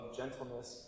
gentleness